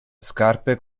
scarpe